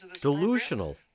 Delusional